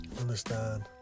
understand